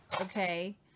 okay